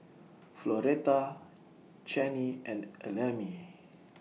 Floretta Channie and Ellamae